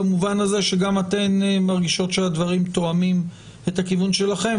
במובן הזה שגם אתן מרגישות שהדברים תואמים את הכיוון שלכן,